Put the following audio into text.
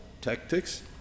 tactics